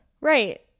Right